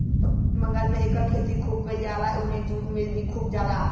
पश्चिम बंगाल में एकर खेती खूब कइल जाला एसे उहाँ जुट मिल भी खूब हउवे